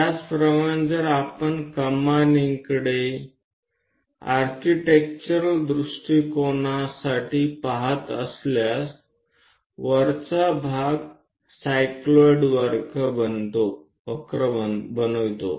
त्याचप्रमाणे जर आपण कमानींकडे आर्किटेक्चरल दृष्टिकोनातून पहात असल्यास वरचा भाग सायक्लॉइड वक्र बनवितो